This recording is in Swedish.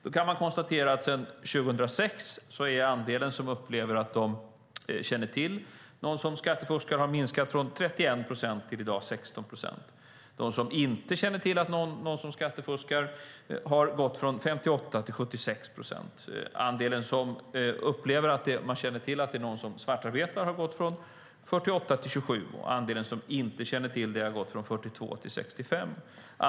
Man kan konstatera att sedan 2006 har den andel som säger att de känner till någon som skattefuskar minskat från 31 procent till 16 procent i dag. De som inte känner någon som skattefuskar har ökat från 58 procent till 76 procent. Den andel som känner någon som svartarbetar har gått från 48 till 27 procent, och den andel som inte känner någon som svartarbetar har ökat från 42 till 65 procent.